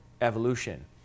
evolution